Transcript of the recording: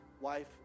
wife